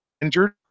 injured